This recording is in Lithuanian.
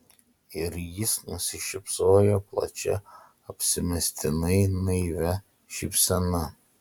ir jis nusišypsojo plačia apsimestinai naivia šypsena